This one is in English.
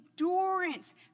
endurance